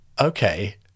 okay